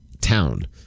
town